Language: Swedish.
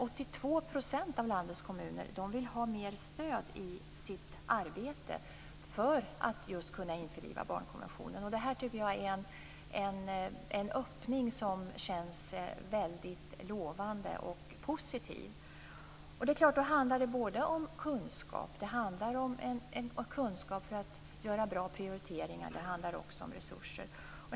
82 % av landets kommuner vill ha mer stöd i sitt arbete för att just kunna införliva barnkonventionen. Detta är en öppning som känns väldigt lovande och positiv. Det är klart att det handlar både om kunskap för att göra bra prioriteringar och om resurser.